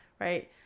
right